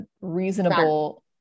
reasonable